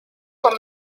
con